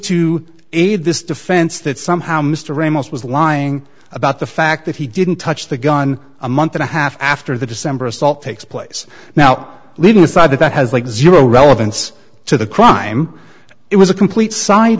to aid this defense that somehow mr ramos was lying about the fact that he didn't touch the gun a month and a half after the december assault takes place now leaving aside that that has like zero relevance to the crime it was a complete side